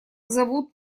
зовут